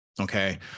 okay